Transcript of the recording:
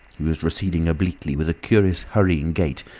he was receding obliquely with curious hurrying gait,